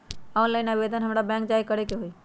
Online आवेदन हमरा bank जाके करे के होई?